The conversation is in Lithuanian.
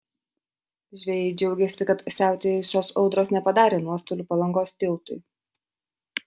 žvejai džiaugėsi kad siautėjusios audros nepadarė nuostolių palangos tiltui